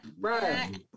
Right